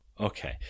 Okay